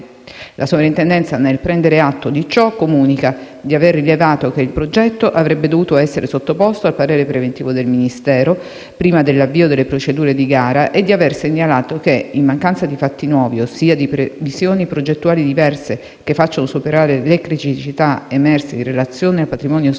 La Soprintendenza, nel prendere atto di ciò, comunica di aver rilevato che il progetto avrebbe dovuto essere sottoposto al parere preventivo del Ministero prima dell'avvio delle procedure di gara e di aver segnalato che, in mancanza di fatti nuovi, ossia di previsioni progettuali diverse che facciano superare le criticità emerse in relazione al patrimonio storico